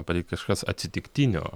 pateikt kažkas atsitiktinio